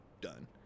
done